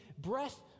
breath